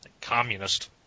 communist